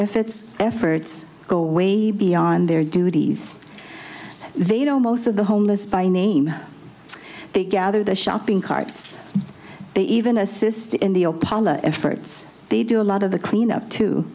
its efforts go way beyond their duties they don't most of the homeless by name they gather the shopping carts they even assisted in the efforts they do a lot of the cleanup to